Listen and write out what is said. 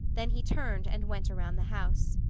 then he turned and went around the house.